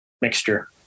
mixture